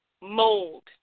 mold